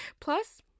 Plus